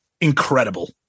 incredible